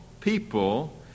people